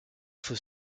faut